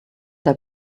der